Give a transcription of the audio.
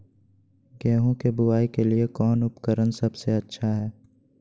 गेहूं के बुआई के लिए कौन उपकरण सबसे अच्छा है?